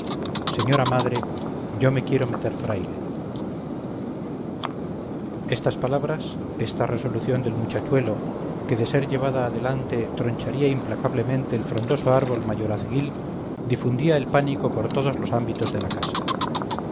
señora madre yo me quiero meter fraile estas palabras esta resolución del muchachuelo que de ser llevada adelante troncharía implacablemente el frondoso árbol mayorazguil difundía el pánico por todos los ámbitos de la casa